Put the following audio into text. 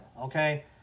okay